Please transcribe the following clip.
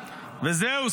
וזהו,